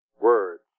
words